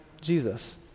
Jesus